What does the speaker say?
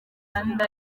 kandi